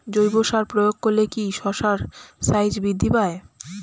জৈব সার প্রয়োগ করলে কি শশার সাইজ বৃদ্ধি পায়?